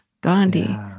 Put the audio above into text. Gandhi